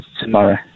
Tomorrow